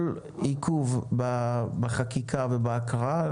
כל עיכוב בחקיקה ובהקראה,